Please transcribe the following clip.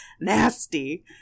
nasty